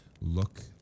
look